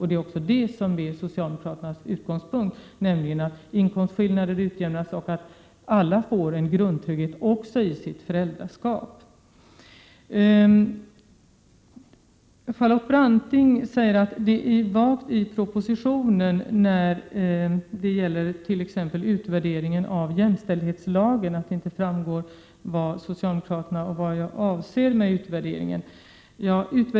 Det är också socialdemokraternas utgångspunkt — att inkomstsskillnader skall utjämnas så att alla får en grundtrygghet också i sitt föräldraskap. Charlotte Branting säger att propositionen är vag beträffande utvärderingen av jämställdhetslagen och att det inte framgår vad socialdemokraterna avser med utvärderingen.